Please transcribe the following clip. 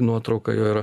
nuotrauka jo yra